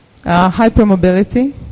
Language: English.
hypermobility